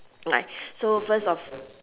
like so first of